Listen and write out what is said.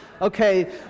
Okay